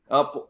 up